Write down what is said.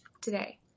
today